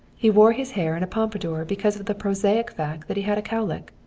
he wore his hair in a pompadour because of the prosaic fact that he had a cow-lick.